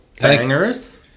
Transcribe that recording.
bangers